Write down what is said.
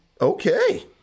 Okay